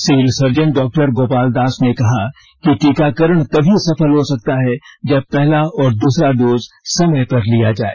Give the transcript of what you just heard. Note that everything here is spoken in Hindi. सिविल सर्जन डॉ गोपाल दास ने कहा कि टीकाकरण तभी सफल हो सकता है जब पहला और दूसरा डोज समय पर लिया जाए